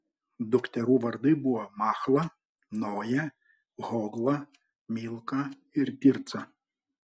dukterų vardai buvo machla noja hogla milka ir tirca